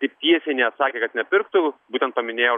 ir tiesiai neatsakė kad nepirktų būtent paminėjo